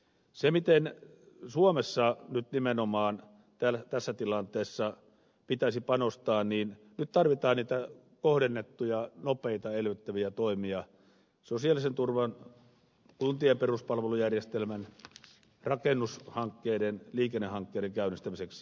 mitä tulee siihen miten suomessa nyt nimenomaan tässä tilanteessa pitäisi panostaa niin nyt tarvitaan niitä kohdennettuja nopeita elvyttäviä toimia sosiaalisen turvan kuntien peruspalvelujärjestelmän rakennushankkeiden liikennehankkeiden käynnistämiseksi